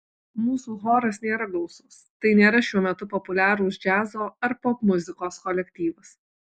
mūsų choras nėra gausus tai nėra šiuo metu populiarūs džiazo ar popmuzikos kolektyvas